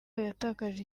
yatakaje